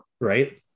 right